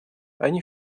они